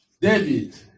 David